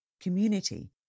community